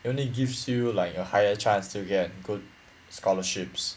it only gives you like a higher chance to get good scholarships